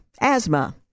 asthma